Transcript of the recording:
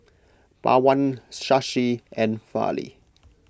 Pawan Shashi and Fali